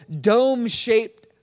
dome-shaped